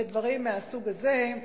ודברים מהסוג הזה.